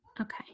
Okay